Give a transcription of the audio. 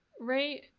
Right